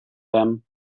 them